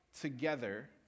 together